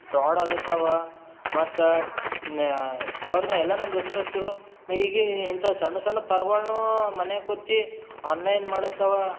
fraud ಆಗ್ಲತ್ತಾವ ಮತ್ತು ನ್ಯ ಅವ್ರನ್ನ ಎಲ್ಲ ನಮ್ಮ ದೋಸ್ತರು ಹಚ್ಚಿದ್ರು ಐಗೆ ಎಂಥ ಸಣ್ಣ ಸಣ್ಣ ಪರ್ಗೊಳ್ನು ಮನೆ ಕೊಚ್ಚಿ ಆನ್ಲೈನ್ ಮಾಡುತ್ತಾವ